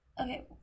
okay